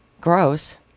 Gross